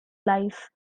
life